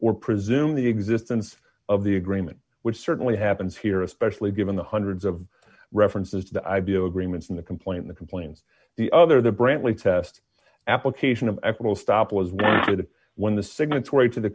or presume the existence of the agreement which certainly happens here especially given the hundreds of references to i b m agreements in the complaint the complaints the other the brantley test application of ethical stop was the one the signatory to the